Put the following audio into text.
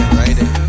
right